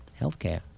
Healthcare